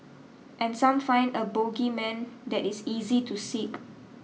and some find a bogeyman that is easy to seek